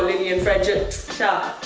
lilly and friendship. so